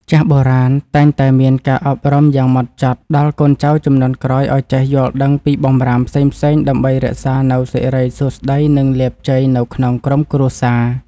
ចាស់បុរាណតែងតែមានការអប់រំយ៉ាងហ្មត់ចត់ដល់កូនចៅជំនាន់ក្រោយឱ្យចេះយល់ដឹងពីបម្រាមផ្សេងៗដើម្បីរក្សានូវសិរីសួស្តីនិងលាភជ័យនៅក្នុងក្រុមគ្រួសារ។